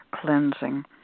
cleansing